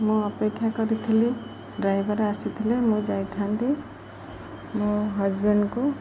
ମୁଁ ଅପେକ୍ଷା କରିଥିଲି ଡ୍ରାଇଭର ଆସିଥିଲେ ମୁଁ ଯାଇଥାନ୍ତି ମୋ ହଜବେଣ୍ଡକୁ